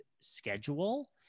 schedule